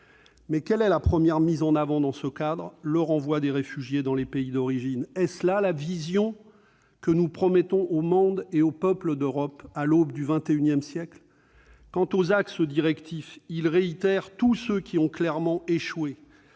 Mais quelle est la première idée mise en avant dans ce cadre ? Le renvoi des réfugiés dans les pays d'origine ! Est-ce cela la vision que nous promettons au monde et aux peuples d'Europe à l'aube du XXI siècle ? Et les axes directifs réitèrent tous ceux qui ont clairement échoué.